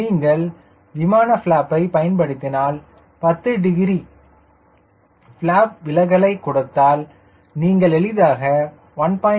நீங்கள் விமான ப்லாப்பை பயன்படுத்தினால் 10 டிகிரி ப்லாப் விலகலைக் கொடுத்தால் நீங்கள் எளிதாக 1